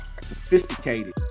sophisticated